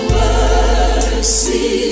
mercy